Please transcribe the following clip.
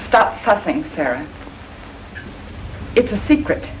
stop fussing sarah it's a secret